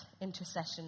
intercession